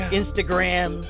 instagram